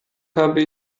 habe